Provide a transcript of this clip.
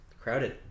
Crowded